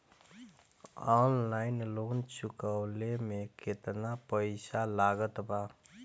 Online loan चुकवले मे केतना पईसा लागत बा?